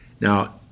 Now